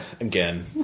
again